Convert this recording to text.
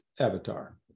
avatar